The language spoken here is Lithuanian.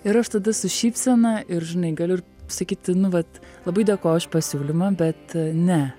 ir aš tada su šypsena ir žinai galiu ir sakyti nu vat labai dėkoju už pasiūlymą bet ne